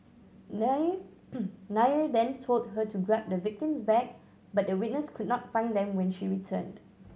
Nair Nair then told her to grab the victim's bag but the witness could not find them when she returned